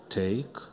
take